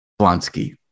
Blonsky